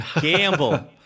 gamble